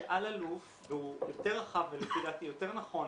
אלאלוף שהוא יותר רחב ולפי דעתי יותר נכון,